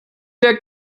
der